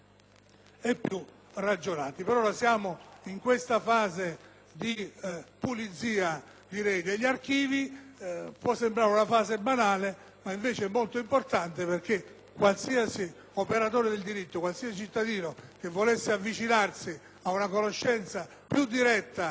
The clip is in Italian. ci troviamo nella fase di pulizia degli archivi, che può sembrare un passaggio banale ma che è invece molto importante, perché qualsiasi operatore del diritto, qualsiasi cittadino che vuole avvicinarsi ad una conoscenza più diretta